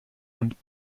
und